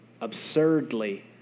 absurdly